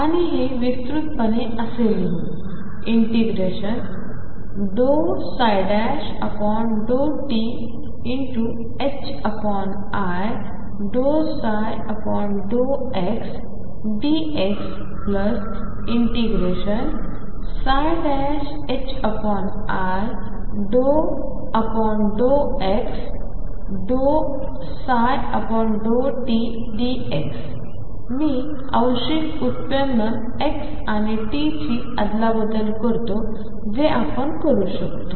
आणि हे विस्तुतपणे असे लिहू ∂ψ∂ti ∂ψ∂xdx∫i∂x ∂ψ∂tdx मी आंशिक व्युत्पन्न x आणि t ची अदलाबदल करतो जे आपण करू शकतो